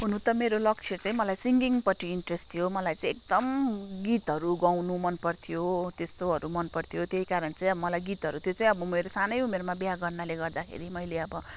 हुनु त मेरो लक्ष्य चैँ मलाई सिङ्गिङपट्टि इन्ट्रेस्ट थियो मलाई चैँ एकदम गीतहरू गाउनु मन पर्थ्यो त्यस्तोहरू मन पर्थ्यो त्यही कारण चाहिँ अब मलाई गीतहरू त्यो चाहिँ अब मेरो सानै उमेरमा बिहे गर्नाले गर्दाखेरि मैले अब